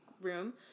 room